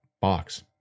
box